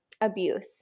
abuse